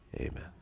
amen